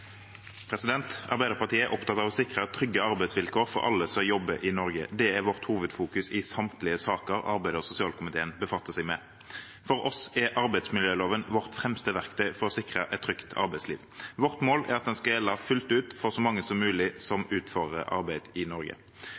Arbeiderpartiet er opptatt av å sikre trygge arbeidsvilkår for alle som jobber i Norge. Det er vårt hovedfokus i samtlige av sakene som arbeids- og sosialkomiteen befatter seg med. For oss er arbeidsmiljøloven vårt fremste verktøy for å sikre et trygt arbeidsliv. Vårt mål er at den skal gjelde fullt ut for så mange som mulig av dem som utfører arbeid i Norge.